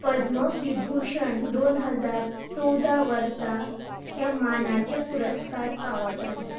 पद्मविभुशण दोन हजार चवदा वर्सा हे मानाचे पुरस्कार फावो जाल्या